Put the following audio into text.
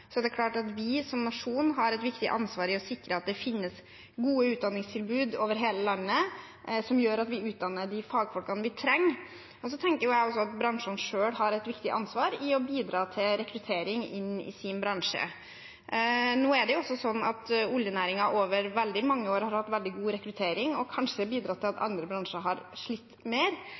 er det klart at vi som nasjon har et viktig ansvar i å sikre at det finnes gode utdanningstilbud over hele landet som gjør at vi utdanner de fagfolkene vi trenger. Så tenker jeg også at bransjene selv har et viktig ansvar for å bidra til rekruttering inn i sine bransjer. Nå har oljenæringen over mange år hatt veldig god rekruttering og kanskje bidratt til at andre bransjer har slitt mer.